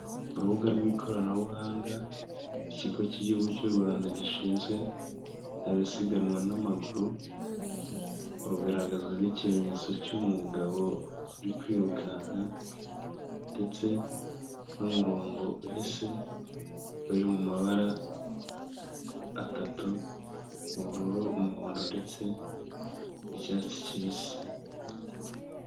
Urubuga rw'ikoranabuhanga, ikigo k'igihugu cy'u Rwanda gishinzwe abasiganwa n'amaguru, rugaragazwa n'ikimenyetso cy'umugabo uri kwirukanka ndetse n'umurongo uhese uri mu mabara atatu, ubururu, umuhondo ndetse n'icyatsi kibisi.